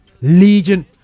Legion